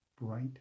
bright